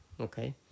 Okay